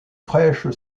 fraîche